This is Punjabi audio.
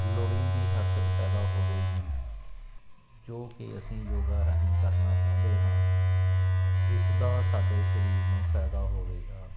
ਲੋੜੀਦੀ ਹਰਕਤ ਪੈਦਾ ਹੋਵੇਗੀ ਜੋ ਕਿ ਅਸੀਂ ਯੋਗਾ ਰਾਹੀਂ ਕਰਨਾ ਚਾਹੁੰਦੇ ਹਾਂ ਇਸ ਦਾ ਸਾਡੇ ਸਰੀਰ ਨੂੰ ਫਾਇਦਾ ਹੋਵੇਗਾ